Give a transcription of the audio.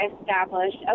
established